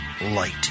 light